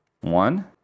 one